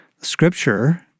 scripture